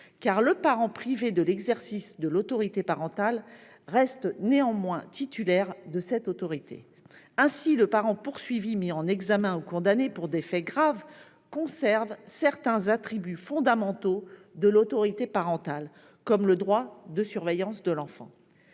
car le parent privé de l'exercice de cette autorité en reste néanmoins le titulaire. Ainsi, le parent poursuivi, mis en examen ou condamné pour des faits graves, conserve certains attributs fondamentaux de l'autorité parentale, comme le droit de surveillance de l'enfant.